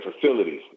facilities